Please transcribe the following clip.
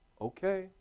Okay